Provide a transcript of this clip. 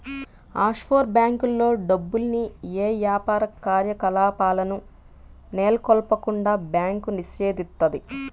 offshore బ్యేంకుల్లో డబ్బుల్ని యే యాపార కార్యకలాపాలను నెలకొల్పకుండా బ్యాంకు నిషేధిత్తది